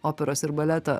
operos ir baleto